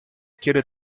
quiere